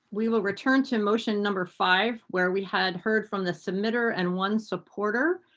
we will return to motion number five where we had heard from the submitter and one supporter.